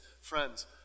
Friends